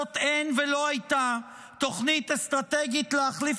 לממשלה הזאת אין ולא הייתה תוכנית אסטרטגית להחליף